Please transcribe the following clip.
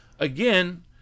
Again